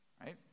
right